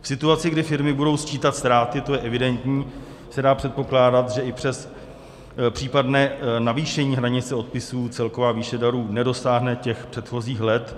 V situaci, kdy firmy budou sčítat ztráty, to je evidentní, se dá předpokládat, že i přes případné navýšení hranice odpisů celková výše darů nedosáhne předchozích let.